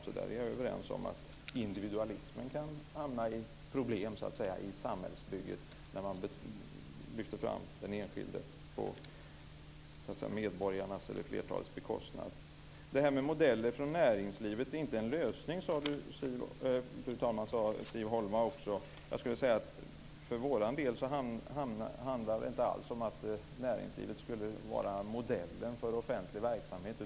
Vi är därför överens om att individualismen kan hamna i problem i ett samhällsbygge där man lyfter fram den enskilde på flertalets bekostnad. Fru talman! Siw Holma sade också att modeller från näringslivet inte är en lösning. Jag skulle vilja säga att för vår del handlar det inte alls om att näringslivet skulle vara modellen för offentlig verksamhet.